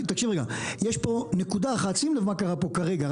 יש פה נקודה אחת, שים לב מה קרה פה כרגע.